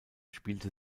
spielte